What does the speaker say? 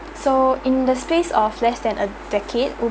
so in the space of less than a decade